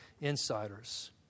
insiders